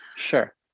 sure